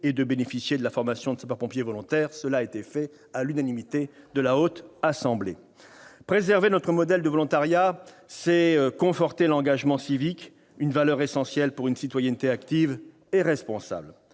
et de bénéficier de la formation de sapeur-pompier volontaire. Cela a été voté à l'unanimité par la Haute Assemblée. Et cela fonctionne bien ! Préserver notre modèle de volontariat, c'est conforter l'engagement civique, une valeur essentielle pour une citoyenneté active et responsable.